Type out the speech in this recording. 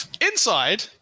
Inside